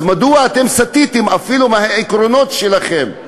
אז מדוע אתם סטיתם אפילו מהעקרונות שלכם,